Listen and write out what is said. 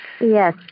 yes